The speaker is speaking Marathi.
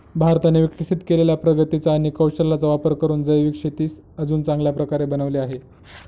भारताने विकसित केलेल्या प्रगतीचा आणि कौशल्याचा वापर करून जैविक शेतीस अजून चांगल्या प्रकारे बनवले आहे